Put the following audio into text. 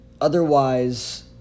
otherwise